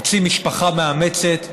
מוצאים משפחה מאמצת,